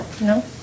No